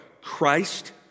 Christ